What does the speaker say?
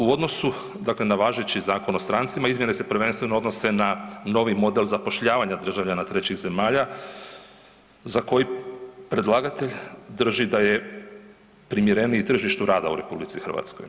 U odnosu na važeći Zakon o strancima izmjene se prvenstveno odnose na novi model zapošljavanja državljana trećih zemalja za koji predlagatelj drži da je primjereniji tržištu rada u RH.